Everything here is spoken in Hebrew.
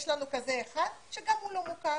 יש לנו אחד כזה שגם הוא לא מוכר.